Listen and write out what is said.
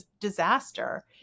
disaster